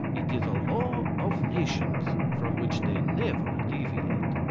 it is a law of nations from which they never deviate.